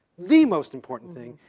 the most important thing,